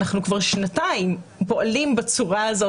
אנחנו כבר שנתיים פועלים בצורה הזאת.